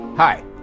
Hi